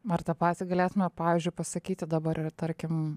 ar tą patį galėtume pavyzdžiui pasakyti dabar ir tarkim